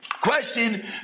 Question